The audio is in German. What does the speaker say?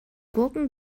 gurken